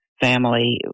family